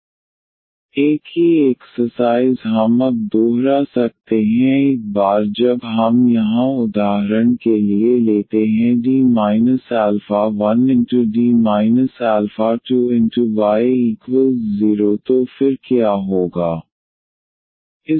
⟹dydx2y⟹ye2x एक ही एक्सर्साइज़ हम अब दोहरा सकते हैं एक बार जब हम यहां उदाहरण के लिए लेते हैं D 2D α1y0 तो फिर क्या होगा